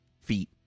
feet